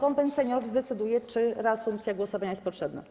Konwent Seniorów zdecyduje, czy reasumpcja głosowania jest potrzebna.